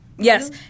Yes